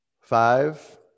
Five